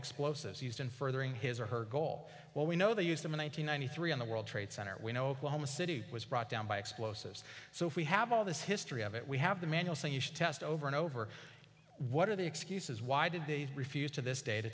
explosives used in furthering his or her goal well we know they used them in one thousand nine hundred three in the world trade center when oklahoma city was brought down by explosives so if we have all this history of it we have the manual saying you should test over and over what are the excuses why did they refuse to this day to